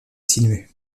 sinueux